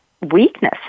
weakness